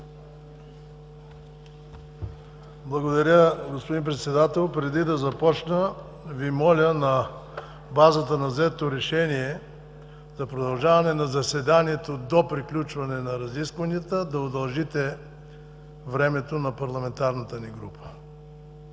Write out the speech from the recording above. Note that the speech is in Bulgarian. Благодаря, господин Председател. Преди да започна, Ви моля на базата на взетото решение за продължаване на заседанието до приключване на разискванията да удължите времето на парламентарната ни група.